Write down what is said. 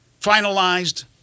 finalized